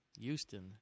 Houston